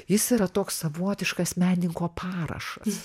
jis yra toks savotiškas menininko parašas